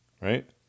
right